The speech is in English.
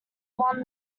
won